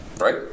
Right